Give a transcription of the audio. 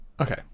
Okay